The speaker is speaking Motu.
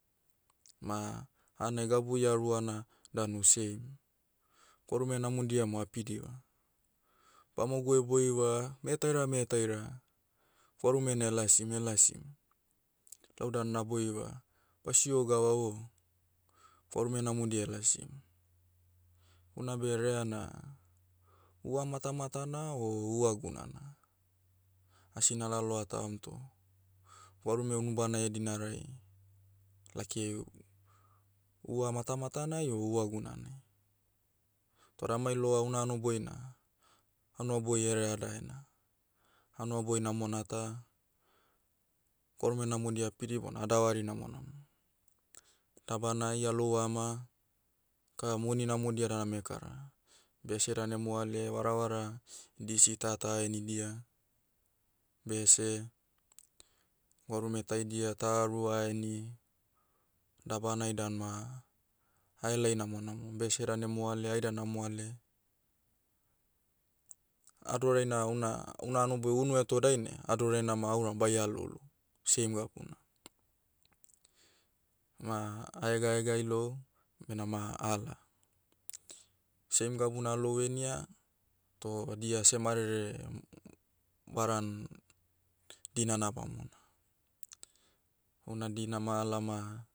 Ma, hanai gabu iharuana, danu same. Gwarume namodia mo apidiva. Bamogu eboiva, metaira metaira. Gwarume na elasim elasim. Lau dan na boiva, basio gava o, gwarume namodia elasim. Unabe reana, hua matamatana o hua gunana. Asi nalaloa taom toh, gwarume unubana ehedinarai. Lakiai, hua matamatanai o hua gunanai. Toda amai loa una hanoboi na, hanuaboi hereadaena. Hanuaboi namona ta, gwarume namodia apidi bona adavari namonamo. Dabanai alou ama, ka moni namodia dan amekara. Bese dan emoale varavara, disi tata ahenidia. Bese, gwarume taidia ta rua aheni. Dabanai dan ma, haelai namonamo. Bese dan emoale ai dan amoale. Adoraina houna- houna hanoboi unu heto dainai, adoraina ma auram baia loulo, same gabuna. Ma, ahegaegae lou, benama ala. Same gabuna alou henia, toh dia semarere, varan, dinana bamona. Houna dina ma ala ma,